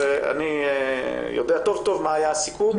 אני יודע טוב-טוב מה היה הסיכום,